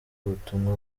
ubutumwa